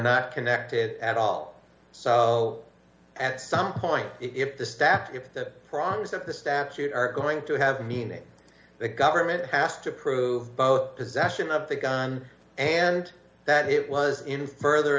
not connected at all so at some point if the staff keep that promise that the statute are going to have meaning the government has to prove both possession of the gun and that it was